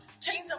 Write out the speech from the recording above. change